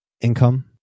Income